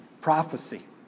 prophecy